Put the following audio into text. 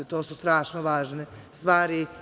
To su strašno važne stvari.